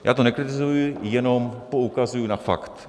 Já to nekritizuji, jenom poukazuji na fakt.